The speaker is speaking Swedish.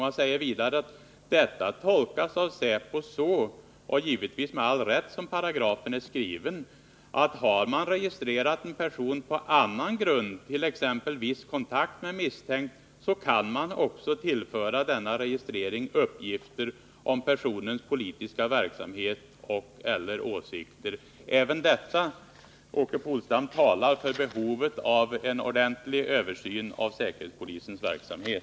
Han skrev vidare: ”Detta tolkas av Säpo så — och givetvis med all rätt som paragrafen är skriven — att har man registrerat en person på annan grund, t.ex. viss kontakt med misstänkt, så kan man också tillföra denna registrering uppgifter om personens politiska verksamhet och/eller åsikter.” Även detta , Åke Polstam, talar för behovet av en ordentlig översyn av säkerhetspolisens verksamhet.